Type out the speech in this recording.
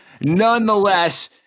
Nonetheless